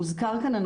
הוזכר כאן,